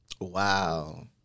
Wow